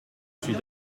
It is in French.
suis